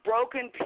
Broken